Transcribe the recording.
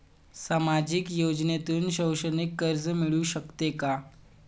सामाजिक योजनेतून शैक्षणिक कर्ज मिळू शकते का?